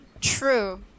true